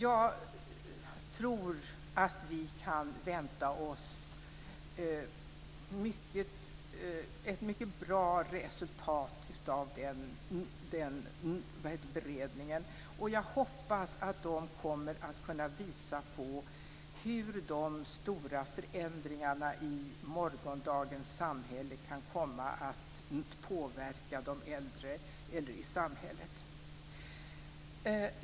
Jag tror att vi kan vänta oss ett mycket bra resultat av den beredningen, och jag hoppas att den kommer att kunna visa på hur de stora förändringarna i morgondagens samhälle kan komma att påverka de äldre i samhället.